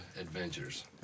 adventures